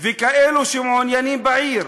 וכאלו שמעוניינים לחיות בעיר,